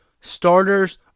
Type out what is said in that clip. Starters